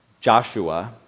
Joshua